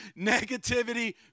negativity